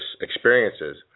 experiences